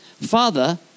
Father